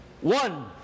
one